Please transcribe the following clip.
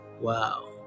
Wow